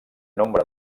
nombre